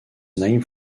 named